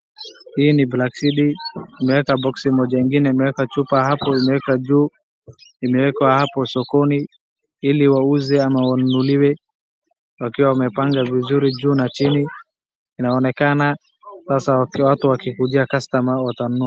Hii ni black seed imeweka boksi moja ingine imeweka chupa hapo imeweka juu. Imewekwa hapo sokoni ili wauze ama wanunuliwe. Wakiwa wamepanga vizuri juu na chini. Inaonekana sasa watu wakikujia customer watanunua.